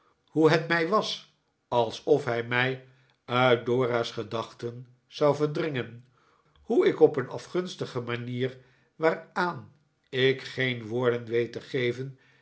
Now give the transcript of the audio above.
hoe het mij was alsof hij mij uit dora's gedachten zou verdringen hoe ik op een afgunstige manier waaraan ik geen woorden weet te geven